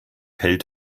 hält